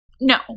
No